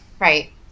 right